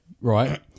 right